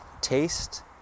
taste